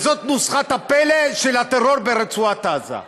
זאת נוסחת הפלא של הטרור ברצועת עזה.